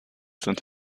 sind